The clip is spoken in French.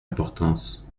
importance